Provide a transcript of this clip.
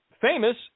famous